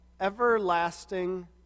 Everlasting